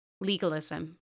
legalism